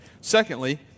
Secondly